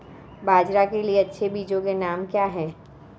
बाजरा के लिए अच्छे बीजों के नाम क्या हैं?